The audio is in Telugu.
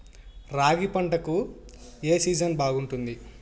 రాగి పంటకు, ఏ సీజన్ బాగుంటుంది?